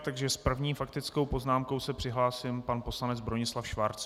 S první faktickou poznámkou se přihlásil pan poslanec Bronislav Schwarz.